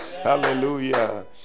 hallelujah